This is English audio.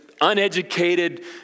uneducated